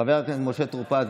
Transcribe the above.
חבר הכנסת משה טור פז,